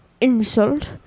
insult